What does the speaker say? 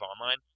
Online